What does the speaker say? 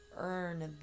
earn